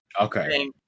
Okay